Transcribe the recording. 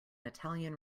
italian